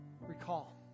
recall